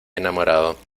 enamorado